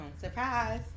surprise